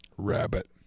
rabbit